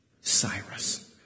Cyrus